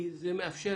כי זה מאפשר